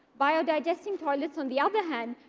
biodigesting toilets, on the other hand,